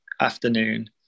afternoon